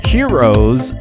Heroes